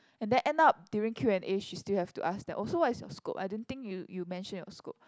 and then end up during Q and A she still have to ask them so what is your scope I don't think you you mention your scope